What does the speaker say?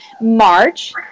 March